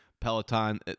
peloton